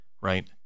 Right